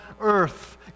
earth